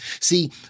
See